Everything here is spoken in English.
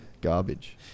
garbage